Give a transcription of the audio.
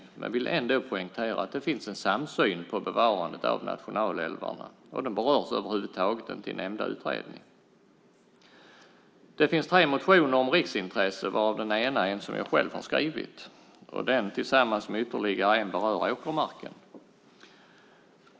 Men jag vill ändå poängtera att det finns en samsyn när det gäller bevarandet av nationalälvarna, och de berörs över huvud taget inte i nämnda utredning. Det finns tre motioner om riksintressen, varav den ena är en som jag själv har skrivit. Denna och ytterligare en berör åkermarken.